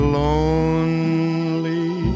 lonely